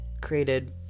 created